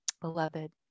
Beloved